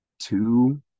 two